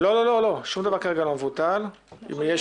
לא לא, שום דבר לא מבוטל כרגע.